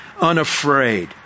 unafraid